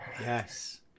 Yes